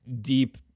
Deep